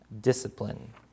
discipline